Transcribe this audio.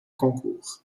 concours